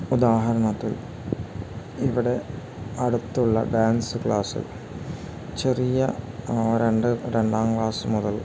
ഉദാഹരണത്തിൽ ഇവിടെ അടുത്തുള്ള ഡാൻസ് ക്ലാസിൽ ചെറിയ രണ്ട് രണ്ടാം ക്ലാസ്സ് മുതൽ